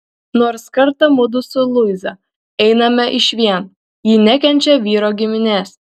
nors kartą mudu su luiza einame išvien ji nekenčia vyro giminės